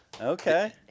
Okay